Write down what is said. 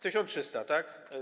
1300, tak?